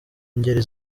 ngeri